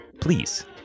please